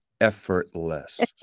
effortless